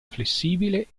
flessibile